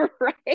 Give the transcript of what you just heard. right